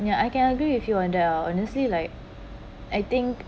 ya I can agree with you on they’re honestly like I think